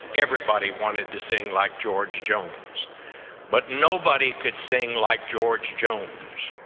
everybody wanted to sing like george jones but nobody could sing like george jones!